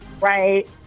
Right